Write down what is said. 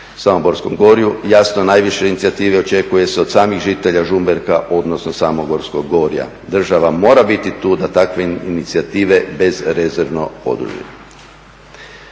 Samoborskom gorju, jasno najviše inicijative očekuje se od samih žitelja Žumberka, odnosno Samoborskog gorja. Država mora biti tu da takve inicijative bezrezervno podrži.